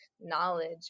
knowledge